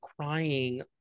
crying